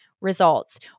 results